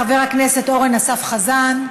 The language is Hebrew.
חבר הכנסת אורן אסף חזן,